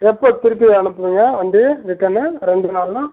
எப்போது திருப்பி அனுப்புவீங்க வண்டி ரிட்டன்னு ரெண்டு நாளுனா